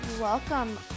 welcome